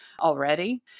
already